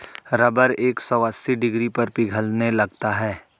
rubber एक सौ अस्सी डिग्री पर पिघलने लगता है